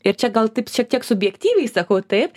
ir čia gal taip šiek tiek subjektyviai sakau taip